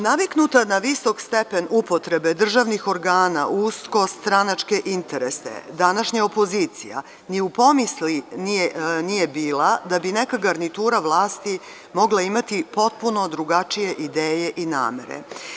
Naviknuta na visok stepen upotrebe državnih organa u uskostranačke interese, današnja opozicija ni u pomisli nije bila da bi neka garnitura vlasti mogla imati potpuno drugačije ideje i namere.